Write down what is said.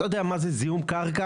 אתה יודע מה זה זיהום קרקע,